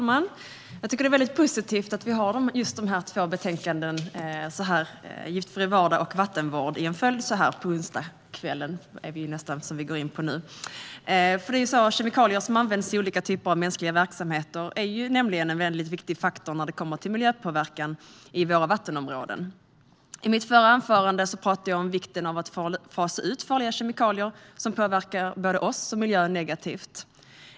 Herr talman! Det är mycket positivt att vi har dessa två betänkanden, Giftfri vardag och Vattenvård , i en följd så här på onsdagskvällen. Kemikalier som används i olika typer av mänskliga verksamheter är nämligen en viktig faktor när det kommer till miljöpåverkan i våra vattenområden. I mitt förra anförande talade jag om vikten av att fasa ut farliga kemikalier som påverkar både oss och miljön negativt.